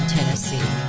Tennessee